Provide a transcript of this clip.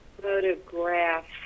photograph